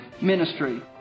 ministry